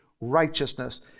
righteousness